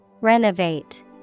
Renovate